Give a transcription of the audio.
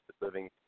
living